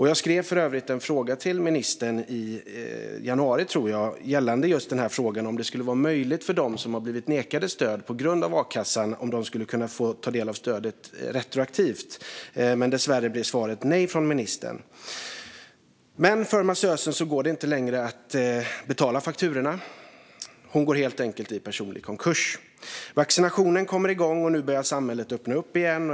Jag skrev för övrigt en fråga till ministern, jag tror det var i januari, gällande just frågan om det skulle vara möjligt för dem som blivit nekade stöd på grund av a-kassa att kunna få ta del av stödet retroaktivt. Men dessvärre blev svaret nej från ministern. Men för massösen går det inte längre att betala fakturorna. Hon går helt enkelt i personlig konkurs. Vaccinationen kommer igång, och nu börjar samhället öppna upp igen.